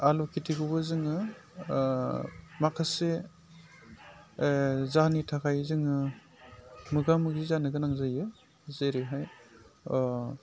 आलु खेथिखौबो जोङो माखासे जाहोननि थाखाय जोङो मोगा मोगि जानो गोनां जायो जेरैहाय